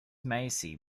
massey